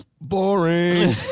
boring